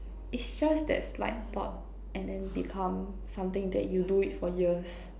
is just that slight thought and then become something that you do it for years